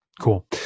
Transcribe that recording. Cool